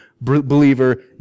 believer